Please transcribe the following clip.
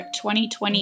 2020